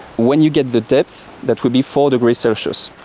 when you get the depth that will be four degrees celsius.